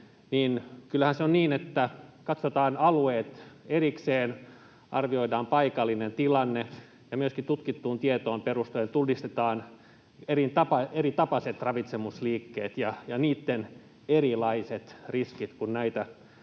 kyllähän se on niin, että katsotaan alueet erikseen, arvioidaan paikallinen tilanne ja myöskin tutkittuun tietoon perustuen tunnistetaan eritapaiset ravitsemusliikkeet ja niitten erilaiset riskit — kun näitä